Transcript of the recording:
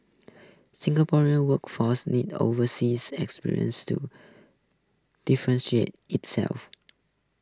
Singaporean workforce needs overseas experience to differentiate itself